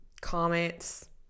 comments